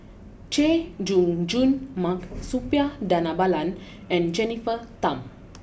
Chay Jung Jun Mark Suppiah Dhanabalan and Jennifer Tham